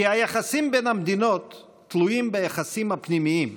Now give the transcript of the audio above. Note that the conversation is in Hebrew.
כי היחסים בין המדינות תלויים ביחסים הפנימיים,